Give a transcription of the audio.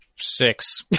Six